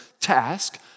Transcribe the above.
task